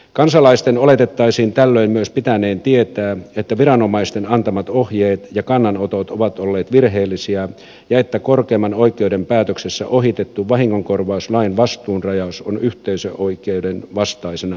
kansalaisten oletettaisiin tällöin myös pitäneen tietää että viranomaisten antamat ohjeet ja kannanotot ovat olleet virheellisiä ja että korkeimman oikeuden päätöksessä ohitettu vahingonkorvauslain vastuunrajaus on yhteisöoikeuden vastaisena laiton